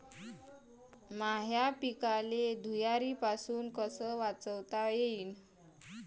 माह्या पिकाले धुयारीपासुन कस वाचवता येईन?